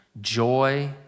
joy